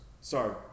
Sorry